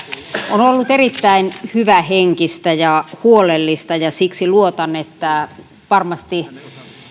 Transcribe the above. on ollut erittäin hyvähenkistä ja huolellista ja siksi luotan että varmasti